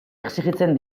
exijitzen